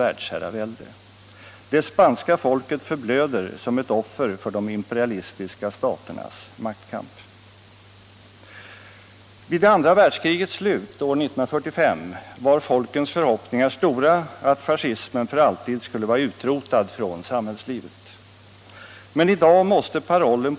Glädjande nog har vissa gemensamma deklarationer kunnat antas av de bägge blocken.